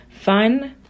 fun